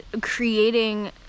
creating